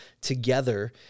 together